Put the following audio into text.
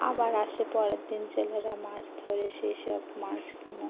আবার আসে পরের দিন জেলেরা মাছ ধরে সেই সব মাছগুলো